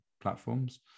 platforms